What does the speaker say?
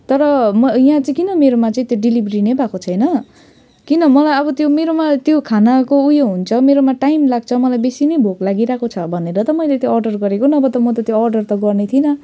तर म यहाँ चाहिँ किन मेरोमा चाहिँ त्यो डेलिभेरी नै भएको छैन किन मलाई अब त्यो मेरोमा त्यो खानाको उयो हुन्छ मेरोमा टाइम लाग्छ मलाई बेसी नै भोक लागिरहेको छ भनेर त मैले त्यो अर्डर गरेको नभए त म त त्यो अर्डर त गर्ने थिइनँ